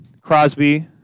Crosby